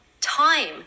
time